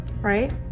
Right